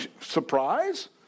Surprise